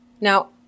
Now